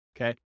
okay